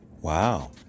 Wow